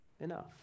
Enough